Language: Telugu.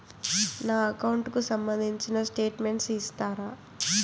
నా అకౌంట్ కు సంబంధించిన స్టేట్మెంట్స్ ఇస్తారా